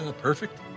Perfect